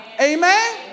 Amen